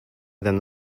than